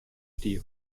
stie